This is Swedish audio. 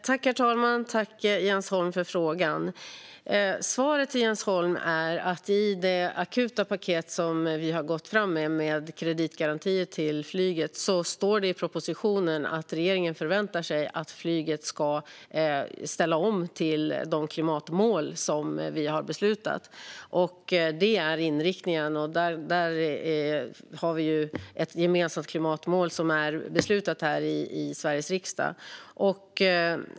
Herr talman! Tack för frågan, Jens Holm! Svaret till Jens Holm är att gällande det akuta paket med kreditgarantier till flyget som vi har gått fram med står det i propositionen att regeringen förväntar sig att flyget ska ställa om till de klimatmål som vi har beslutat. Det är inriktningen, och där har vi ju ett gemensamt klimatmål som är beslutat här i Sveriges riksdag.